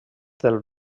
del